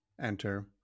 enter